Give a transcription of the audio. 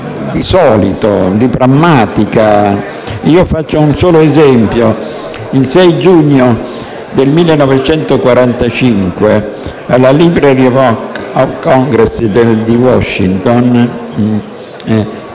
avviene di prammatica. Faccio un solo esempio: il 6 giugno del 1945, alla Library of Congress di Washington,